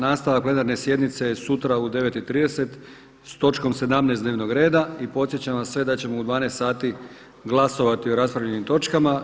Nastavak plenarne sjednice je sutra u 9:30 s točkom 17. dnevnog reda i podsjećam vas sve da ćemo u 12 sati glasovati o raspravljanim točkama.